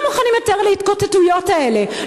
לא מוכנים יותר להתקוטטויות האלה.